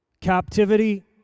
captivity